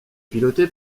pilotée